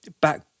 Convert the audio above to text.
back